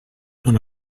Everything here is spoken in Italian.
non